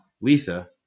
lisa